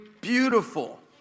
beautiful